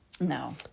No